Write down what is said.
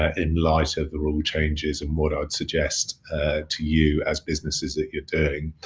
ah in light of the rule changes and what i'd suggest to you as businesses that you're doing.